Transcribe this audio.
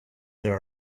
there